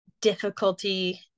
difficulty